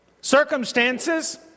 Circumstances